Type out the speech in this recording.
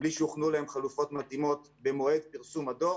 בלי שהוכנו להם חלופות מתאימות במועד פרסום הדוח,